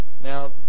Now